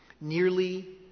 nearly